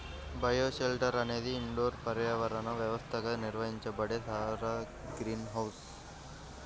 bioshelter అనేది indoor పర్యావరణ వ్యవస్థగా నిర్వహించబడే సౌర గ్రీన్ హౌస్